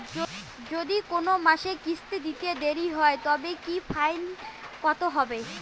যদি কোন মাসে কিস্তি দিতে দেরি হয় তবে কি ফাইন কতহবে?